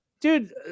dude